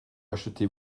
achetez